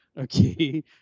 Okay